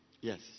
Yes